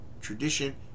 tradition